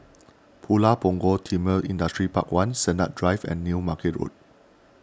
Pulau Punggol Timor Industrial Park one Sennett Drive and New Market Road